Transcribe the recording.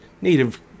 Native